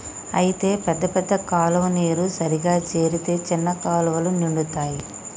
అయితే పెద్ద పెద్ద కాలువ నీరు సరిగా చేరితే చిన్న కాలువలు నిండుతాయి